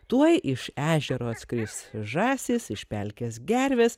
tuoj iš ežero atskris žąsys iš pelkės gervės